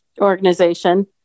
organization